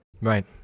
Right